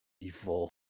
Evil